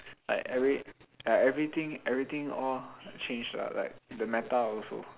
like every~ like everything everything all change lah like the meta also